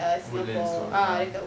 woodlands so ah